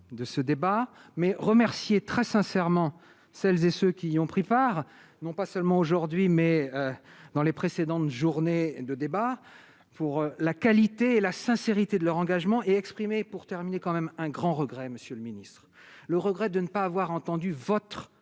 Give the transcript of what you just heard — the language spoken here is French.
de ce débat, mais remercier très sincèrement, celles et ceux qui ont pris part, non pas seulement aujourd'hui mais, dans les précédentes journées de débats pour la qualité et la sincérité de leur engagement et exprimé pour terminer quand même un grand regret : Monsieur le Ministre, le regret de ne pas avoir entendu votre